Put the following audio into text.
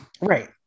right